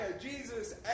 Jesus